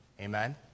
Amen